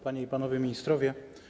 Panie i Panowie Ministrowie!